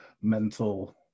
mental